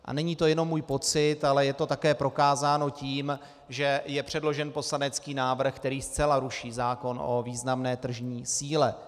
A není to jenom můj pocit, ale je to také prokázáno tím, že je předložen poslanecký návrh, který zcela ruší zákon o významné tržní síle.